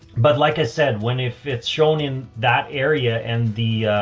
but like i said, when, if it's shown in that area and the,